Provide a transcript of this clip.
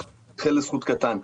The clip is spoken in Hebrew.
מחר --- לזכות קטן.